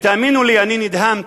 ותאמינו לי, אני נדהמתי.